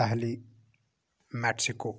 Delhi Mexico